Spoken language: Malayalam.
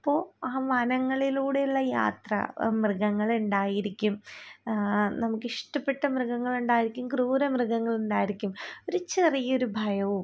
അപ്പോൾ ആ വനങ്ങളിലൂടെയുള്ള യാത്ര മൃഗങ്ങളുണ്ടായിരിക്കും നമുക്ക് ഇഷ്ടപ്പെട്ട മൃഗങ്ങളുണ്ടായിരിക്കും ക്രൂര മൃഗങ്ങളുണ്ടായിരിക്കും ഒരു ചെറിയൊരു ഭയവും